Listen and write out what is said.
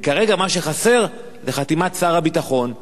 וכרגע מה שחסר זה חתימת שר הביטחון,